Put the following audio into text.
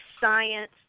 Science